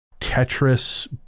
Tetris